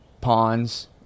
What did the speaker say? ponds